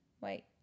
wait